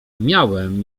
miałem